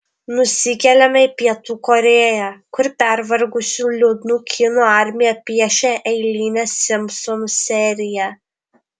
nusikeliame į pietų korėją kur pervargusių liūdnų kinų armija piešia eilinę simpsonų seriją